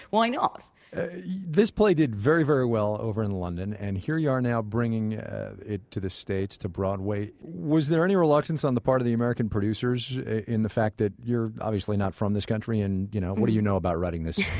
why not? this play this play did very very well over in london, and here you are now, bringing it to the states to broadway. was there any reluctance on the part of the american producers in the fact that you're obviously not from this country and you know what do you know about writing this